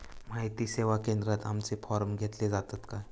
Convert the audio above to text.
माहिती सेवा केंद्रात आमचे फॉर्म घेतले जातात काय?